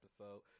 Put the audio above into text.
episode